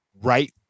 right